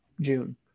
June